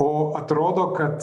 o atrodo kad